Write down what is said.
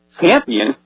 champion